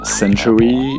century